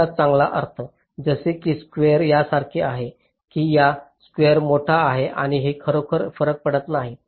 इतका चांगला अर्थ जसे की स्क्वेअर यासारखे आहे की हा स्क्वेअर मोठा आहे हे खरोखर फरक पडत नाही